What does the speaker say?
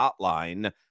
hotline